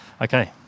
Okay